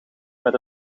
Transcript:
met